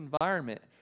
environment